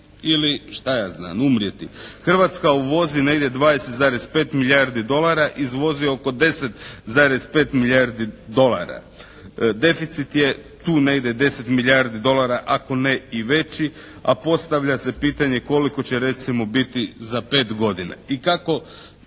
ili šta ja znam umrijeti. Hrvatska uvozi negdje 20,5 milijardi dolara, izvozi oko 10,5 milijardi dolara. Deficit je tu negdje 10 milijardi dolara ako ne i veći, a postavlja se pitanje koliko će recimo biti za pet godina i kako